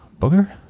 Booger